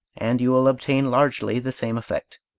and you will obtain largely the same effect.